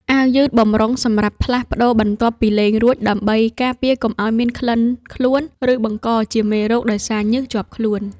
អាវយឺតបម្រុងសម្រាប់ផ្លាស់ប្ដូរបន្ទាប់ពីលេងរួច ដើម្បីការពារកុំឱ្យមានក្លិនខ្លួន ឬបង្កជាមេរោគដោយសារញើសជាប់ខ្លួន។